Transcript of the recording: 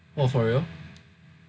oh for real